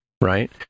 right